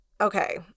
okay